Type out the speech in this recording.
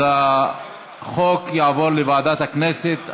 אז החוק יעבור לוועדת הכנסת,